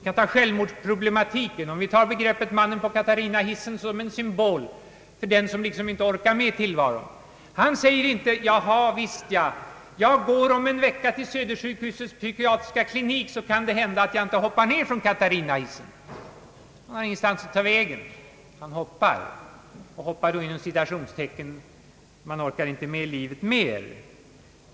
Vi har självmordsproblematiken, och vi kan ta »mannen på Katarinahissen» som en symbol för den som liksom inte orkar med tillvaron. Han säger inte: >Javisst, jag går om en vecka till Södersjukhusets psykiatriska klinik, så kanske jag inte hoppar ner från Katarinahissen.> Men han har ingenstans att ta vägen — han hoppar. Han orkar inte med livet.